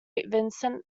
vincent